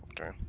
Okay